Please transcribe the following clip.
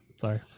Sorry